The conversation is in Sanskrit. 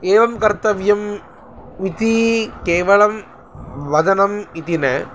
एवं कर्तव्यम् इति केवलं वदनं इति न